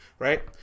Right